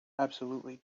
absolutely